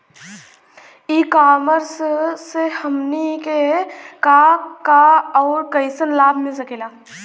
ई कॉमर्स से हमनी के का का अउर कइसन लाभ मिल सकेला?